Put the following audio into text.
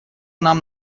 нам